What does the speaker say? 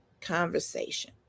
conversation